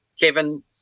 Kevin